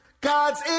God's